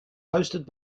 hosted